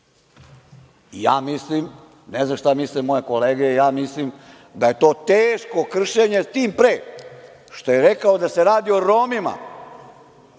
strane sudije? Ne znam šta misle moje kolege, ali ja mislim da je to teško kršenje, tim pre što je rekao da se radi o Romima